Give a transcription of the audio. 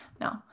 No